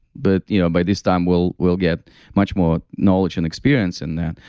but you know by this time, we'll we'll get much more knowledge and experience and. and.